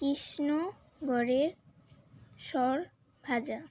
কৃষ্ণগড়ের সরভাজা